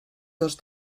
dos